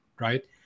right